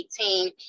2018